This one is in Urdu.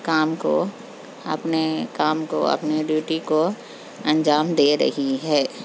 کام کو اپنے کام کو اپنے ڈیوٹی کو انجام دے رہی ہے